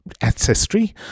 Ancestry